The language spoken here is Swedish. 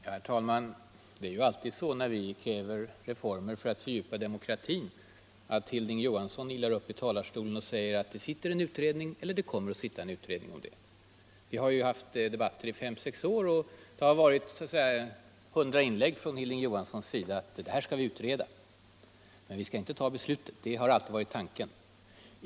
Herr talman! Alltid när vi kräver reformer för att fördjupa demokratin ilar Hilding Johansson upp i talarstolen och säger att det sitter en utredning eller att det kommer att sitta en utredning. Vi har haft debatter i fem sex år, och i ungefär 100 inlägg har Hilding Johansson talat om att det här skall vi utreda, och vi skall inte ta beslutet nu — det har alltid varit tanken.